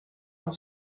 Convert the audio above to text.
und